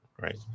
Right